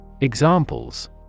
Examples